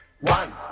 one